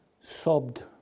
sobbed